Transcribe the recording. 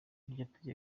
tegeko